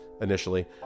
initially